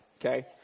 Okay